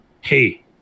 Hey